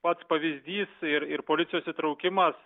pats pavyzdys ir ir policijos įtraukimas